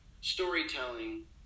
storytelling